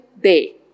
day